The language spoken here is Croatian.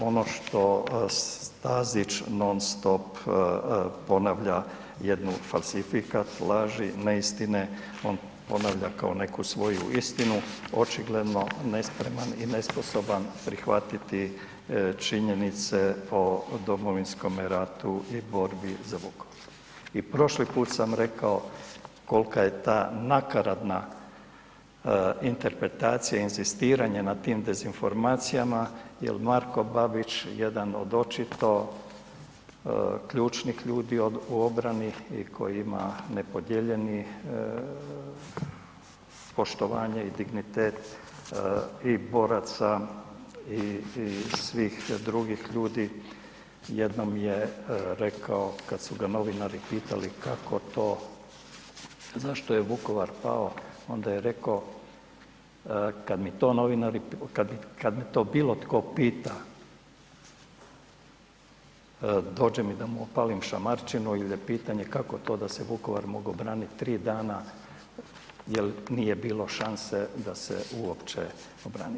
Ono što Stazić non stop ponavlja jednu falsifikat laži, neistine, on ponavlja kao neku svoju istinu očigledno nespreman i nesposoban prihvatiti činjenice o Domovinskome ratu i borbi za Vukovar i prošli put sam rekao koliko je ta nakaradna interpretacija, inzistiranje na tim dezinformacijama jer Marko Babić, jedan od očito ključnih ljudi u obrani i koji ima nepodijeljeni poštovanje i dignitet i boraca i svih drugih ljudi, jednom je rekao, kad su ga novinari pitali kako to, zašto je Vukovar pao, onda je rekao, kad mi to novinari, kad me to bilo tko pita, dođe mi da mu opalim šamarčinu i da je pitanje kako to da se Vukovar mogao braniti 3 dana jer nije bilo šanse da se uopće obrani.